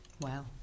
Wow